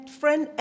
friend